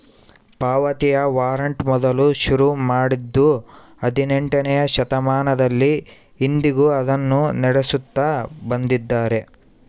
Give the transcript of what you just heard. ಪಾವತಿಯ ವಾರಂಟ್ ಮೊದಲು ಶುರು ಮಾಡಿದ್ದೂ ಹದಿನೆಂಟನೆಯ ಶತಮಾನದಲ್ಲಿ, ಇಂದಿಗೂ ಅದನ್ನು ನಡೆಸುತ್ತ ಬಂದಿದ್ದಾರೆ